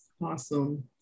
Awesome